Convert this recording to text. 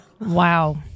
Wow